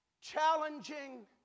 challenging